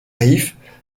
riff